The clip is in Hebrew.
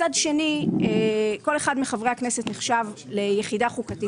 מצד שני כל אחד מחברי הכנסת נחשב ליחידה חוקתית